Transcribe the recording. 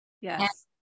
Yes